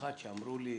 במיוחד שאמרו לי